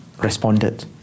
responded